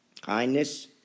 kindness